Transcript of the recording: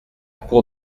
pour